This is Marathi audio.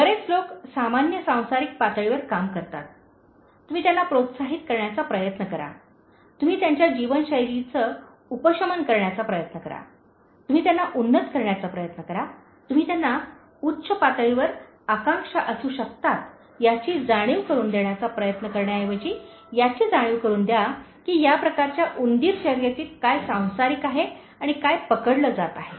बरेच लोक सामान्य सांसारिक पातळीवर काम करतात तुम्ही त्यांना प्रोत्साहित करण्याचा प्रयत्न करा तुम्ही त्यांच्या जीवनशैलीचे उपशमन करण्याचा प्रयत्न करा तुम्ही त्यांना उन्नत करण्याचा प्रयत्न करा तुम्ही त्यांना उच्च पातळीवरील आकांक्षा असू शकतात याची जाणीव करून देण्याचा प्रयत्न करण्याऐवजी याची जाणीव करून द्या की या प्रकारच्या उंदीर शर्यतीत काय सांसारिक आहे आणि काय पकडले जात आहे